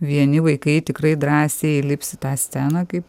vieni vaikai tikrai drąsiai lips į tą sceną kaip